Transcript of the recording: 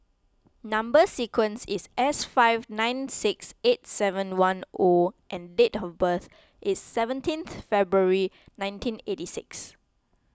Number Sequence is S four five nine six eight seven one O and date of birth is seventeenth February nineteen eighty six